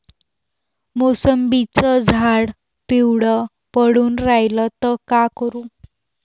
मोसंबीचं झाड पिवळं पडून रायलं त का करू?